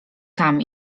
tam